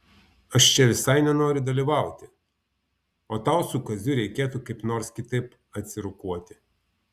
aš čia visai nenoriu dalyvauti o tau su kaziu reikėtų kaip nors kitaip atsirokuoti